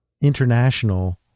international